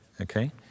Okay